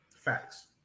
Facts